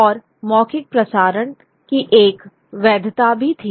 और मौखिक प्रसारण की एक वैधता भी थी